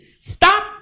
Stop